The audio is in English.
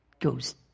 goes